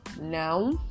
now